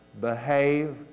behave